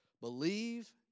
believe